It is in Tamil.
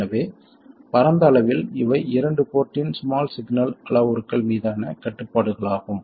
எனவே பரந்த அளவில் இவை இரண்டு போர்ட்டின் ஸ்மால் சிக்னல் அளவுருக்கள் மீதான கட்டுப்பாடுகளாகும்